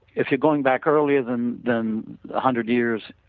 if you are going back earlier than than the hundred years,